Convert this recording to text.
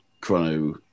Chrono